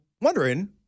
wondering